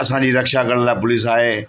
असांजी रक्षा करण लाइ पुलिस आहे